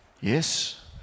Yes